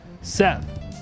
Seth